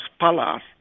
palace